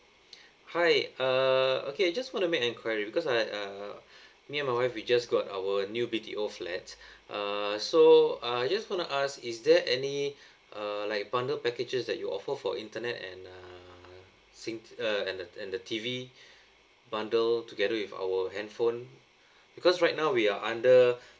hi err okay I just wanna make enquiry because I uh me and my wife we just got our new B_T_O flat uh so uh I just wanna ask is there any uh like bundle packages that you offer for internet and uh sing~ uh and the and the T_V bundle together with our handphone because right now we are under